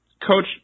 Coach